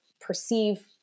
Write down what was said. perceive